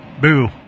Boo